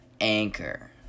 Anchor